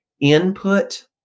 input